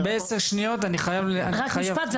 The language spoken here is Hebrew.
תוך 10 שניות אני חייב -- רק משפט,